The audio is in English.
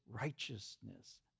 righteousness